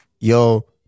yo